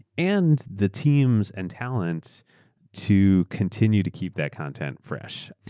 and the teams and talents to continue to keep that content fresh.